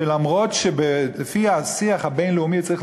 ולמרות שלפי השיח הבין-לאומי הוא צריך